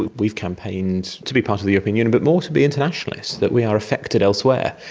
we've we've campaigned to be part of the european union but more to be internationalists, that we are affected elsewhere.